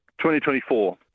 2024